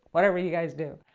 whatever you guys do.